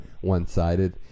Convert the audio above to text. one-sided